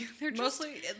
Mostly